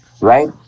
Right